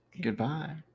Goodbye